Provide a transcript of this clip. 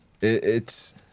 It's-